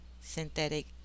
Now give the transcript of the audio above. synthetic